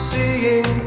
Seeing